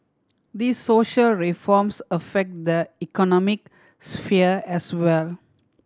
these social reforms affect the economic sphere as well